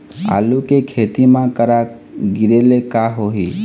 आलू के खेती म करा गिरेले का होही?